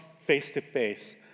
face-to-face